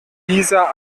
dieser